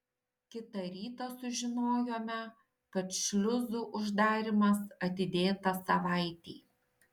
kitą rytą sužinojome kad šliuzų uždarymas atidėtas savaitei